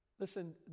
Listen